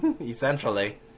essentially